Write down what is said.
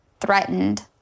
threatened